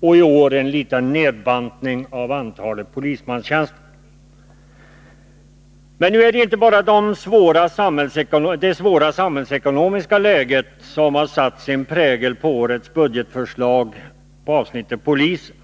och i år till en liten nedbantning av antalet polismanstjänster. Det är inte bara det svåra samhällsekonomiska läget som satt sin prägel på årets budgetförslag i fråga om polisen.